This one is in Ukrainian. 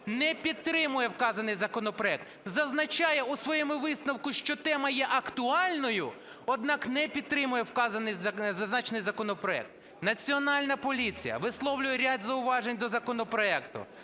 не підтримує вказаний законопроект. Зазначає у своєму висновку, що тема є актуальною, однак не підтримує зазначений законопроект. Національна поліція висловлює ряд зауважень до законопроекту.